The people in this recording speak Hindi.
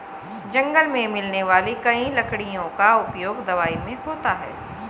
जंगल मे मिलने वाली कई लकड़ियों का उपयोग दवाई मे होता है